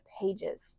pages